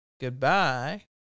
Goodbye